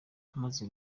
amaze